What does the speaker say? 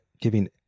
giving